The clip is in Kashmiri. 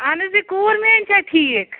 اہن حَظ یہِ کوٗر میٲنۍ چھےٚ ٹھیٖک